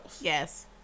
Yes